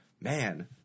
man